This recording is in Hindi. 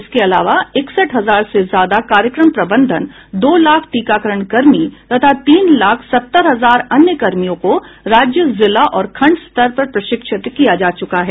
इसके अलावा इकसठ हजार से ज्यादा कार्यक्रम प्रबंधन दो लाख टीकाकरण कर्मी तथा तीन लाख सत्तर हजार अन्य कर्मियों को राज्य जिला और खण्ड स्तर पर प्रशिक्षित किया जा चुका है